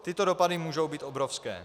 Tyto dopady mohou být obrovské.